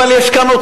אבל אתה כאן,